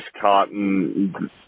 Cotton